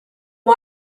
why